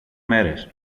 μέρες